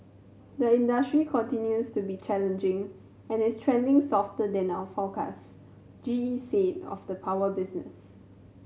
the industry continues to be challenging and is trending softer than our forecast G E said of the power business